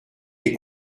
des